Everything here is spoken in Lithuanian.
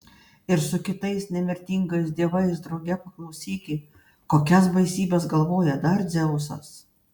ir su kitais nemirtingais dievais drauge paklausyki kokias baisybes galvoja dar dzeusas